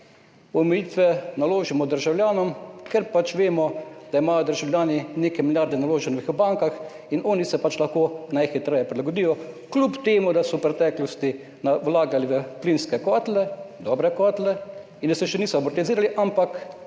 najlažje naložimo državljanom, ker pač vemo, da imajo državljani nekaj milijard naloženih v bankah, in oni se pač lahko najhitreje prilagodijo, kljub temu da so v preteklosti vlagali v plinske kotle, dobre kotle, in da se še niso amortizirali, ampak